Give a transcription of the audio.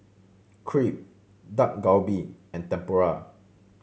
Crepe Dak Galbi and Tempura